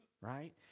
right